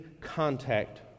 contact